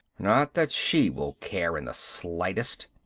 not that she will care in the slightest.